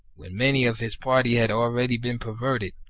when many of his party had already been perverted,